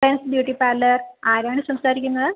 friends beauty parlour ആരാണ് സംസാരിക്കുന്നത്